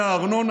רגע.